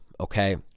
okay